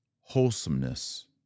wholesomeness